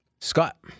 Scott